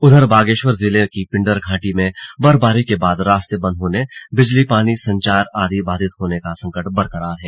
उधर बागेश्वर जिले की पिंडर घाटी में बर्फबारी के बाद रास्ते बंद होने बिजली पानी संचार आदि बाधित होने का संकट बरकरार है